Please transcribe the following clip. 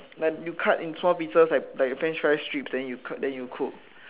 like you cut in small pieces like like French fries stripes then you cut then you cook